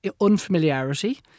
unfamiliarity